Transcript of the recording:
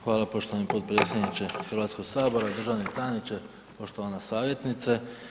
Hvala poštovani potpredsjedniče Hrvatskog sabora, državni tajniče, poštovana savjetnice.